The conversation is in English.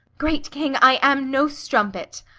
great king, i am no strumpet,